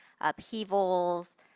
upheavals